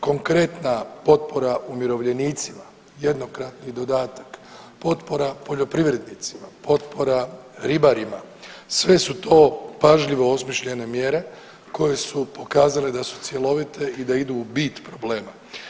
Konkretna potpora umirovljenicima, jednokratni dodatak, potpora poljoprivrednicima, potpora ribarima sve su to pažljivo osmišljene mjere koje su pokazale da su cjelovite i da idu u bit problema.